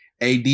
AD